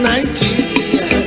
Nigeria